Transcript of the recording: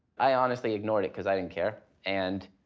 i honestly ignored it, cause i didn't care and